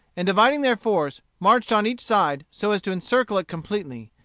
and dividing their force, marched on each side so as to encircle it completely.